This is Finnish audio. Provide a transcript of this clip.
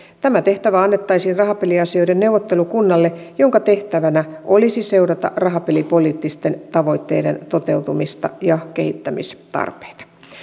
tämä tehtävä annettaisiin rahapeliasioiden neuvottelukunnalle jonka tehtävänä olisi seurata rahapelipoliittisten tavoitteiden toteutumista ja kehittämistarpeita